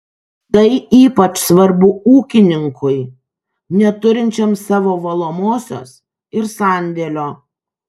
tai ypač svarbu ūkininkui neturinčiam savo valomosios ir sandėlio